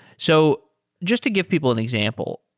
so just to give people an example,